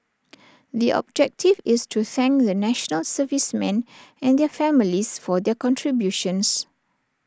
the objective is to thank the National Servicemen and their families for their contributions